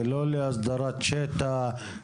זה לא להסדרת שטח,